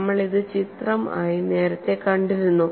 നമ്മൾ ഇത് ചിത്രം ആയി നേരത്തെ കണ്ടിരുന്നു